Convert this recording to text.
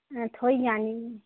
थ्होई जानी